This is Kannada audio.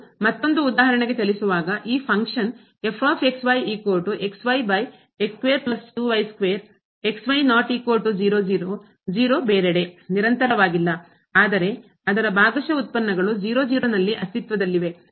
ನಾವು ಮತ್ತೊಂದು ಉದಾಹರಣೆಗೆ ಚಲಿಸುವಾಗ ಈ ಫಂಕ್ಷನ್ ಕಾರ್ಯ ನಿರಂತರವಾಗಿಲ್ಲ ಆದರೆ ಅದರ ಭಾಗಶಃ ಉತ್ಪನ್ನಗಳು ನಲ್ಲಿ ಅಸ್ತಿತ್ವದಲ್ಲಿವೆ